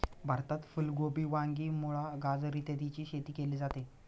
भारतात फुल कोबी, वांगी, मुळा, गाजर इत्यादीची शेती केली जाते